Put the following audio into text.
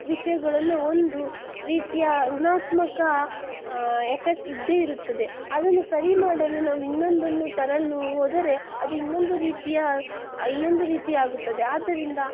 ವಿಷಯಗಳಲ್ಲೂ ಒಂದು ರೀತಿಯ ಋಣತ್ಮಾಕ ಎಫೆಕ್ಟ್ ಇದ್ದೇ ಇರುತ್ತದೆ ಅದನ್ನು ಸರಿ ಮಾಡಲು ನಾವಿನ್ನೊಂದನ್ನು ತರಲು ಹೋದರೆ ಅದು ಇನ್ನೊಂದು ರೀತಿಯ ಇನ್ನೊಂದು ರೀತಿ ಆಗುತ್ತದೆ ಆದ್ದರಿಂದ